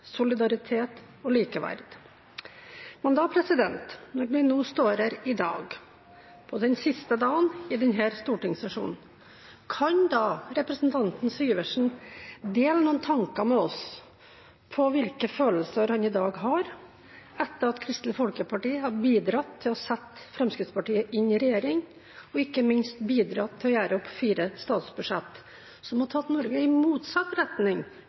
solidaritet og likeverd. Når vi nå står her i dag, på siste dag i denne stortingssesjonen, kan representanten Syversen da dele noen tanker med oss om hvilke følelser han i dag har – etter at Kristelig Folkeparti har bidratt til å sette Fremskrittspartiet inn i regjering og ikke minst bidratt til å gjøre opp fire statsbudsjetter som har tatt Norge i motsatt retning